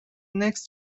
next